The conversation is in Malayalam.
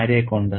ആരെ കൊണ്ട്